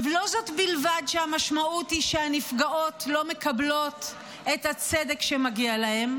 לא זו בלבד שהמשמעות היא שהנפגעות לא מקבלות את הצדק שמגיע להן,